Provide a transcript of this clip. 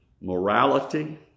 morality